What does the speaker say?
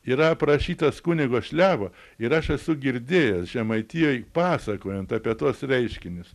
yra aprašytas kunigo šliavo ir aš esu girdėjęs žemaitijoj pasakojant apie tuos reiškinius